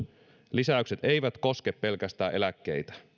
lisäykset eivät koske pelkästään eläkkeitä